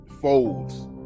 folds